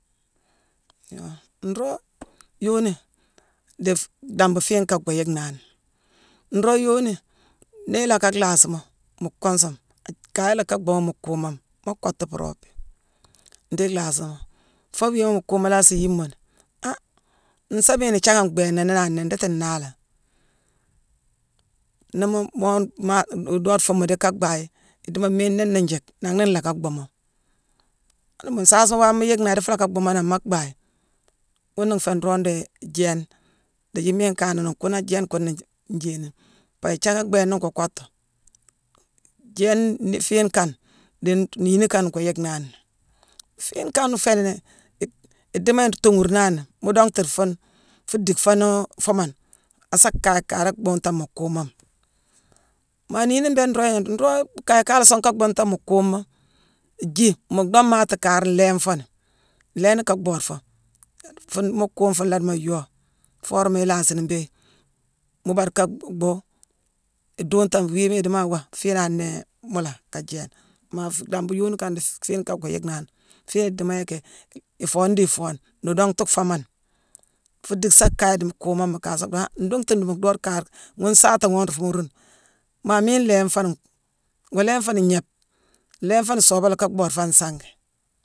Yoo nroog yooni, dii-fi-bambu fiine kane goo yick nani. Nroog yooni nii ilaa ka lhaasi moo mu kunsune akaye ka bhuughune mu kuumoma moo kottu puropi ndii ilaasi moo. Foo wiima mu kuuma laasa yiimoni: an nsaaméne ithiackame bhééna néénangh nnéé ndiiti naala ghi? Nii-mu-moo-maa-doode fuune mu dii ka bhaayi, idiimo miine niina njiick nanghna nlacka bhuumoo. Ani mu nsaasi waama yickni adii fuu lacka bhuu moo nangh maa bhaayi. Ghuna nféé nroog déé jééna ndiijii miine kanna kuuna ajééne kuna-jé-njéénine. Pabia ithiacké bhééna ngoo kottu. Jééne, nii fiine kane dii niini kane goo yick nani. Fiine kane fééni ni-i-idiimo nruu tongurnani mu dongtu dii fuune, fuu dick foonu foomane, asa kaye kaaka ringi bhuuntane mu kuumoma. Maa niini mbéé nroog-yéé-nroog kaye kaye song ka bhuungtane mu kuuma, jii mu dhommati kaar nlééne fooni; nlééni ka bhoode foo. Fuune mu kuume fuune laa diimo yoo foo worama ilaasini mbéé, mu baade ka bhuu, iduuntame wiima idiimo awaa fiinangh nnéé mu lack ka jééne. Maa bambu yooni kane dii fiine kane goo yick nani. Fiine idiimo yicki ifoone dii ifoone. Nuu dongtu foomane, fuu dick sa kaye dii mu kuumoma kaasa diiwoo han ndongtume dii mu doode kaar ghune saata ghune nruu foomorune. Maa miine nlééne fooni, ngoo lééne fooni ngnéébe, nlééne fooni soobé ka bhoode foo an sangi.